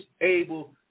able